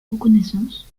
reconnaissance